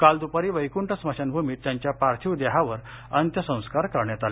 आज द्पारी वैक्ठ स्मशानभूमीत त्यांच्या पार्थिव देहावर अंत्यसंस्कार करण्यात आले